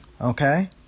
Okay